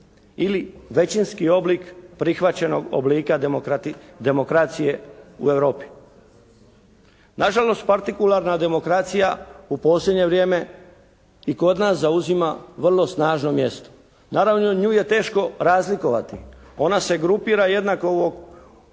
Ili većinski oblik prihvaćenog oblika demokracije u Europi. Nažalost partikularna demokracija u posljednje vrijeme i kod nas zauzima vrlo snažno mjesto. Naravno nju je teško razlikovati. Ona se grupira jednako u